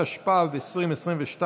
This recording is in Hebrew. התשפ"ב 2022,